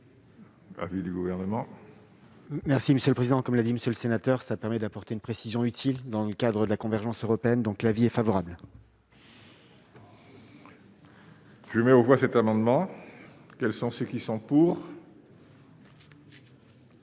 Avis du gouvernement. Merci monsieur le président, comme l'a dit monsieur le sénateur, ça permet d'apporter une précision utile dans le cadre de la convergence européenne, donc l'avis est favorable. Je mets aux voix cet amendement, quels sont ceux qui sont pour.